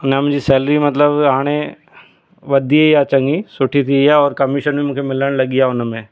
अञा मुंहिंजी सैलरी मतलबु हाणे वधी आहे चङी सुठी थी और कमिशन बि मूंखे मिलणु लॻी आहे हुन में